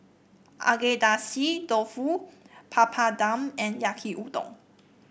Agedashi Dofu Papadum and Yaki Udon